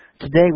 Today